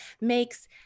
makes